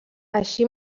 així